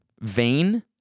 vain